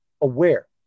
aware